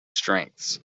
strengths